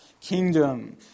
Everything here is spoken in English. kingdom